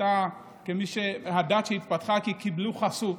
ושלך כמי ששייך לדת שהתפתחה כי קיבלו חסות.